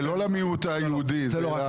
זה לא למיעוט היהודי.